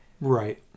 right